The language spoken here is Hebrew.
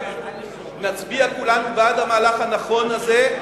נצביע כולנו בעד המהלך הנכון הזה,